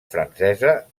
francesa